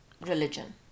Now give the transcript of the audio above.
religion